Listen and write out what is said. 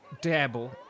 dabble